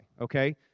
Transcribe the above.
Okay